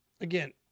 again